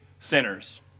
sinners